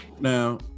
Now